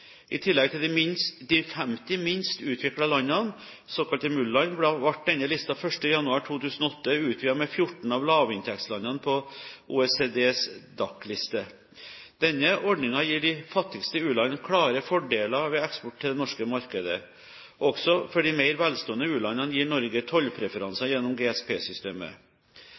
I tillegg til de 50 minst utviklede landene, såkalte MUL-land, ble denne listen 1. januar 2008 utvidet med 14 av lavinntektslandene på OECDs DAC-liste. Denne ordningen gir de fattigste u-landene klare fordeler ved eksport til det norske markedet. Også for de mer velstående u-landene gir Norge tollpreferanser gjennom